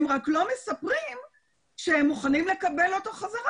הם רק לא מספרים שהם מוכנים לקבל אותו חזרה